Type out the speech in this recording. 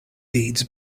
deeds